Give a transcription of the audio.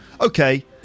okay